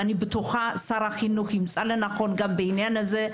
ואני בטוחה ששר החינוך ימצא לנכון גם בעניין הזה.